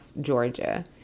Georgia